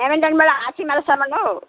हेमिल्टनबाट हाँसिमारासम्म हौ